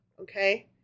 Okay